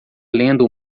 lendo